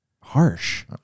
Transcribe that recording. harsh